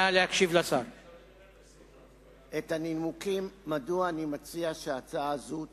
את הנימוקים, מדוע אני מציע שהצעה זו תידחה.